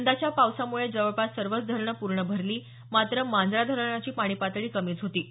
यंदाच्या पावदाम्ळे जवळपास सर्वच धरणं पूर्ण भरली मात्र मांजरा धरणाची पाणी पातळी कमीच होती